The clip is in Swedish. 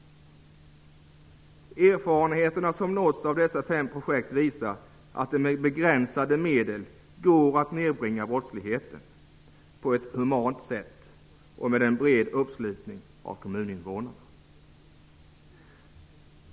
Erfarenheterna från dessa fem projekt visar att det med begränsade medel går att nedbringa brottsligheten på ett humant sätt och med en bred uppslutning bland kommuninvånarna.